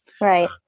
Right